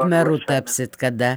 meru tapsit kada